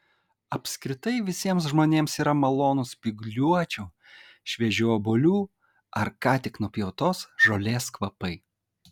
apskritai visiems žmonėms yra malonūs spygliuočių šviežių obuolių ar ką tik nupjautos žolės kvapai